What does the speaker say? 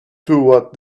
toward